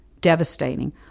devastating